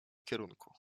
kierunku